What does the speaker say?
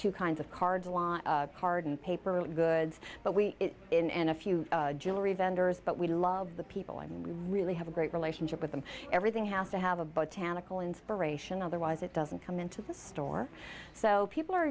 two kinds of cards was card and paper goods but we in and a few jewelry vendors but we love the people and we really have a great relationship with them everything has to have a but tannic all inspiration otherwise it doesn't come into the store so people are